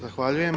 Zahvaljujem.